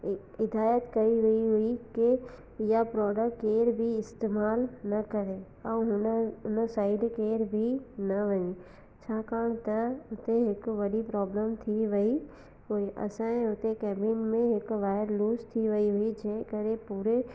ई हिदायतु कई वई हुई के इहा प्रोडक केरु बि इस्तेमाल न करे ऐं हुन उन साइड केरु बि न वञे छाकाणि त हुते हिक वॾी प्रोब्लम थी वई पोइ असांजे हुते कैबिन में हिक वायर लूज़ थी वई हुई जंहिं करे पूरे